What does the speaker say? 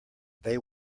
they